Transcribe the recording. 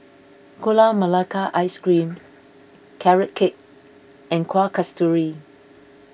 Gula Melaka Ice Cream Carrot Cake and Kueh Kasturi